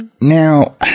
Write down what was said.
Now